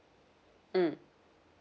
mm